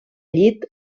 llit